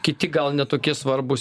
kiti gal ne tokie svarbūs